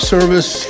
Service